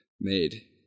made